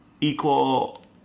equal